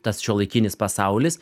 tas šiuolaikinis pasaulis